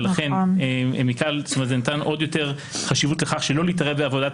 ולכן זה נתן עוד יותר חשיבות לכך שלא להתערב בעבודת